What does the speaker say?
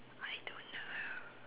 I don't know